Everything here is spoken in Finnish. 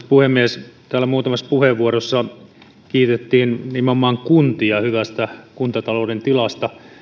puhemies täällä muutamassa puheenvuorossa kiitettiin nimenomaan kuntia hyvästä kuntatalouden tilasta